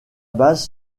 base